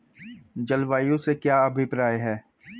जलवायु से क्या अभिप्राय है?